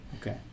Okay